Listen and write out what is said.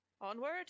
Onward